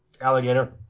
Alligator